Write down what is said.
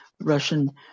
Russian